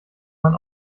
man